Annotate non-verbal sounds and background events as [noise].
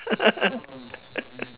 [laughs]